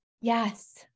yes